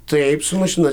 taip mašina